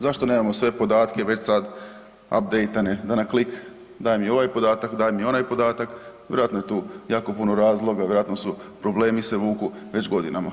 Zašto nemao sve podatke već sad apdejtane da na klik daj mi ovaj podatak, daj mi onaj podatak, vjerojatno je tu jako puno razloga, vjerojatno se problemi vuku već godinama.